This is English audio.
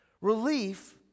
Relief